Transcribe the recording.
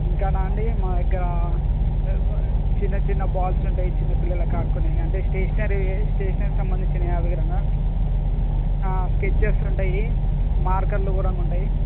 ఇంకానా అండి మా దగ్గర చిన్న చిన్న బాల్స్ ఉంటాయి చిన్నపిల్లలకి ఆడుకునేవి అంటే స్టేషనరీవి స్టేషనరీకి సంబంధించినవి అవి కూడాను స్కెచెస్ ఉంటాయి మార్కర్లు కూడాను ఉంటయి